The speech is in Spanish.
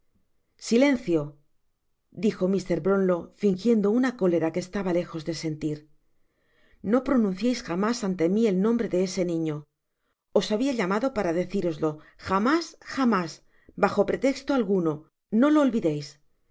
silencio dijo mr brownlow fingiendo una cólera que estaba lejos de subir no pronuncieis jamás ante mi el nombre de ese niño os habia llamado para decíroslo jamás jamás bajo pretexto alguno no lo olvideis